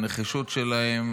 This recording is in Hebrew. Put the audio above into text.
הנחישות שלהם,